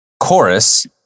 Chorus